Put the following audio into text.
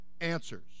answers